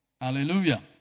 Hallelujah